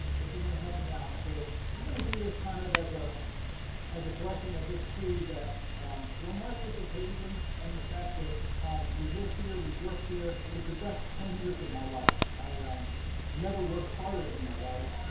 but you're gonna help me out. so we're gonna do this kind of from as ah as a blessing of this tree that will mark this occasion and the fact that we lived here, we worked here. it was the best ten years of my life. i um never worked harder in my life.